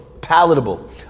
palatable